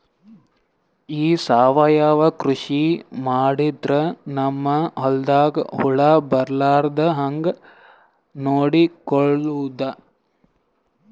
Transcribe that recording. ಈ ಸಾವಯವ ಕೃಷಿ ಮಾಡದ್ರ ನಮ್ ಹೊಲ್ದಾಗ ಹುಳ ಬರಲಾರದ ಹಂಗ್ ನೋಡಿಕೊಳ್ಳುವುದ?